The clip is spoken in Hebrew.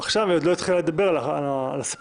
היא עדיין לא העלתה את הטענה של המחלימים.